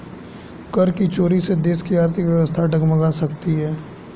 कर की चोरी से देश की आर्थिक व्यवस्था डगमगा सकती है